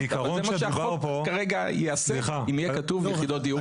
אבל זה מה שהחוק כרגע יעשה אם יהיה כתוב יחידות דיור מאוכלסות.